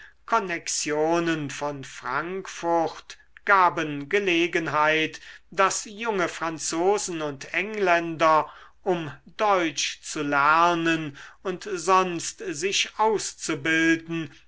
konnexionen von frankfurt gaben gelegenheit daß junge franzosen und engländer um deutsch zu lernen und sonst sich auszubilden